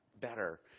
better